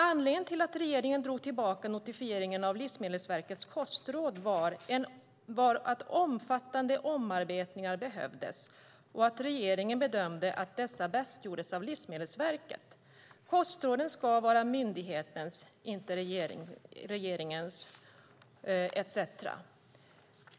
Anledningen till att regeringen drog tillbaka notifieringen av Livsmedelsverkets kostråd var att omfattande omarbetningar behövdes och att regeringen bedömde att dessa bäst gjordes av Livsmedelsverket. Kostråden ska vara myndighetens, inte regeringens."